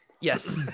Yes